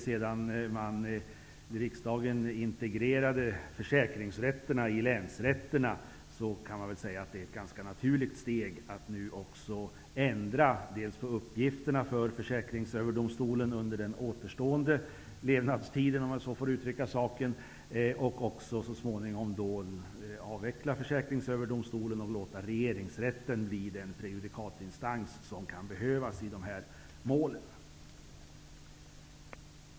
Sedan riksdagen integrerade försäkringsrätterna i länsrätterna kan man säga att det är ett ganska naturligt steg att nu också ändra uppgifterna för Försäkringsöverdomstolen under den återstående levnadstiden, om jag så får uttrycka saken, och att även så småningom avveckla Försäkringsöverdomstolen och låta regeringsrätten bli den prejudikatinstans som kan behövas i de här målen.